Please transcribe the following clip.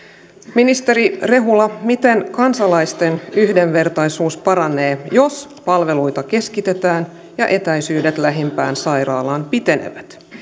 ministeri rehula miten kansalaisten yhdenvertaisuus paranee jos palveluita keskitetään ja etäisyydet lähimpään sairaalan pitenevät